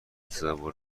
تصور